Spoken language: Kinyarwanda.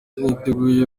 niteguye